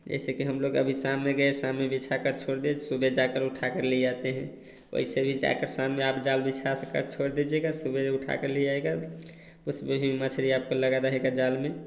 जैसे कि हम लोग अभी सामने गए सामने बिछाकर छोड़ दिए सुबह जाकर उठाकर ले आते हैं वैसे भी जाकर सामने आप जाल बिछा स कर छोड़ दिजिएगा सवेरे उठाकर ले आइएगा उसमें भी मछली आपको लगा रहेगा जाल में